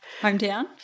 hometown